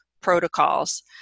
protocols